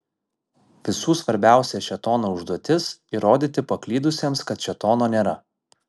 visų svarbiausia šėtono užduotis įrodyti paklydusiems kad šėtono nėra